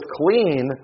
clean